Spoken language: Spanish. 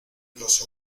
los